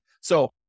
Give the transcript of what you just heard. So-